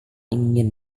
ingin